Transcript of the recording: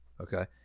okay